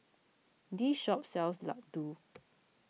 this shop sells Laddu